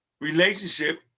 relationship